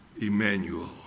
Emmanuel